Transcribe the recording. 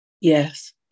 yes